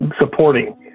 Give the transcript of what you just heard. supporting